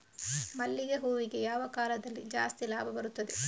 ಮಲ್ಲಿಗೆ ಹೂವಿಗೆ ಯಾವ ಕಾಲದಲ್ಲಿ ಜಾಸ್ತಿ ಲಾಭ ಬರುತ್ತದೆ?